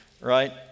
right